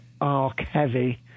arc-heavy